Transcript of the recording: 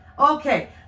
Okay